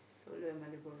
solo and maliboro